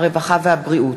הרווחה והבריאות.